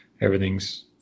everything's